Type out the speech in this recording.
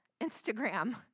Instagram